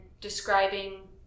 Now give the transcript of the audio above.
describing